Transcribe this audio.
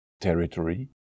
territory